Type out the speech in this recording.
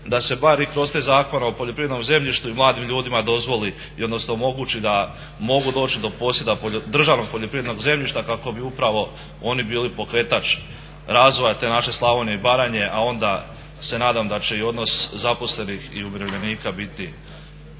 da se bar i kroz te zakone o poljoprivrednom zemljištu i mladim ljudima dozvoli odnosno omogući da mogu doći do posjeda državnog poljoprivrednog zemljišta kako bi upravo oni bili pokretač razvoja te naše Slavonije i Baranje, a onda se nadam da će i odnos zaposlenih i umirovljenika biti